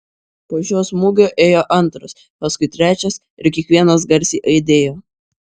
po šio smūgio ėjo antras paskui trečias ir kiekvienas garsiai aidėjo